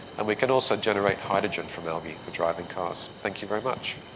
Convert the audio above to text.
and we can also generate hydrogen from algae for driving cars. thank you very much.